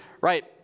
right